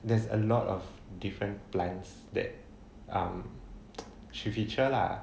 there's a lot of different plants that um she feature lah